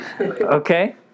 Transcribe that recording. Okay